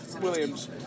Williams